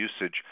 usage